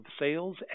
Sales